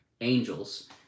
angels